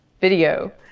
video